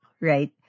right